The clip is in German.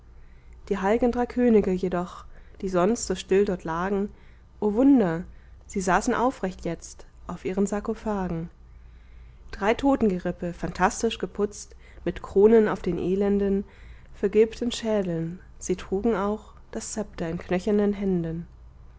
die heil'gen drei könige jedoch die sonst so still dort lagen o wunder sie saßen aufrecht jetzt auf ihren sarkophagen drei totengerippe phantastisch geputzt mit kronen auf den elenden vergilbten schädeln sie trugen auch das zepter in knöchernen händen